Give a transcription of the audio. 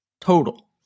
total